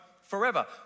forever